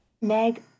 Meg